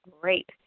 great